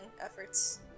efforts